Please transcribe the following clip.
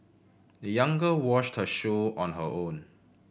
the young girl washed her shoe on her own